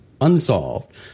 unsolved